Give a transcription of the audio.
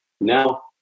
Now